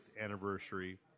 anniversary